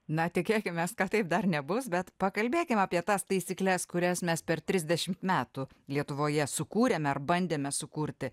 na tikėkimės kad taip dar nebus bet pakalbėkim apie tas taisykles kurias mes per trisdešimt metų lietuvoje sukūrėme ar bandėme sukurti